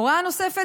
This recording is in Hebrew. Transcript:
הוראה נוספת,